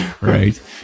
Right